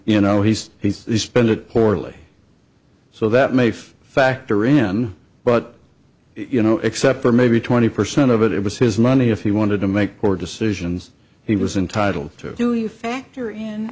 you know he's he spent it poorly so that may factor in but you know except for maybe twenty percent of it it was his money if he wanted to make poor decisions he was entitle to do you factor in